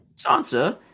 Sansa